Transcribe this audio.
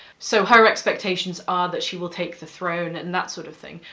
so her expectations are that she will take the throne and that sort of thing.